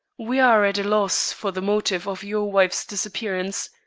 we are at a loss for the motive of your wife's disappearance.